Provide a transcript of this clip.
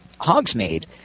Hogsmeade